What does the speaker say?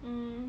mm